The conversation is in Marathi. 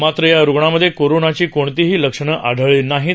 मात्र या रुग्णामध्य कोरोनाची कोणतीही लक्षणं आढळलबी नाहीत